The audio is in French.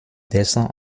descend